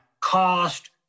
cost